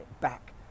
back